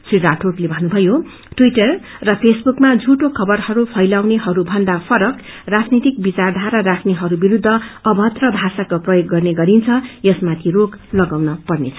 री राठौड़ले भन्नुभयो टवीटर र फेसबुकमा झूटो खबरहरू फैलाउनेहरूभन्दा फरक राजनीतिक विचारधार राख्नेहरू विरूद्ध भाषाको प्रयोग गर्ने गरिन्छ यसमाथि रोक लागाउन पर्नेछ